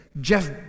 Jeff